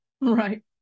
Right